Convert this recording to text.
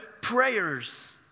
prayers